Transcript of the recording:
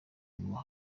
ngo